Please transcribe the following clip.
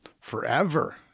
forever